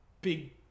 big